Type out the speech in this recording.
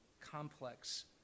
complex